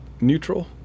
neutral